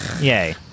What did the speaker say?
Yay